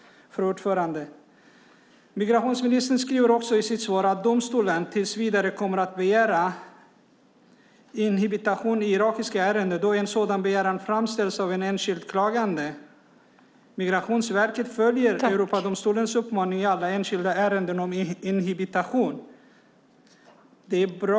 Fru talman! Migrationsministern säger också i sitt svar att domstolen tills vidare kommer att begära inhibition i irakiska ärenden då en sådan begäran framställs av en enskild klagande och att Migrationsverket följer Europadomstolens uppmaning i alla enskilda ärenden om inhibition. Det är bra .